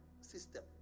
system